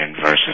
versus